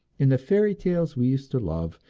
in the fairy-tales we used to love,